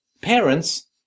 parents